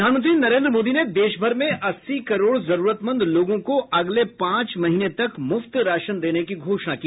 प्रधानमंत्री नरेन्द्र मोदी ने देशभर में अस्सी करोड़ जरूरतमंद लोगों को अगले पांच महीने तक मुफ्त राशन देने की घोषणा की